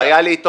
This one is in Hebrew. לא, הוקצב זמן.